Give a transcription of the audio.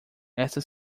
esta